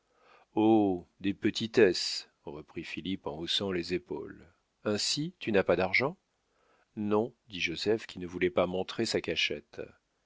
des petitesses reprit philippe en haussant les épaules ainsi tu n'as pas d'argent non dit joseph qui ne voulait pas montrer sa cachette